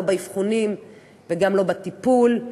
לא באבחונים וגם לא בטיפול,